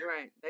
Right